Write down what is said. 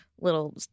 little